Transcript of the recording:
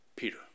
Peter